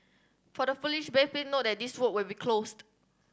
for the foolish brave been note that these road will be closed